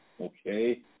Okay